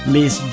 Miss